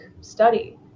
study